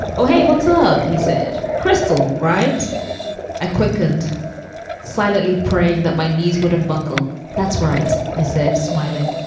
oh, hey, what's up? he said. crystal wright ah quickened silently, praying that my knees wouldn't buckle. that's right, i said, smiling.